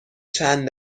چند